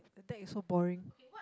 the deck is so boring